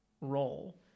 role